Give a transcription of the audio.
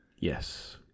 Yes